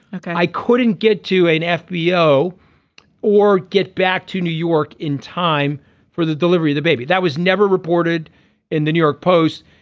i couldn't get to a fbo or get back to new york in time for the delivery of the baby. that was never reported in the new york post.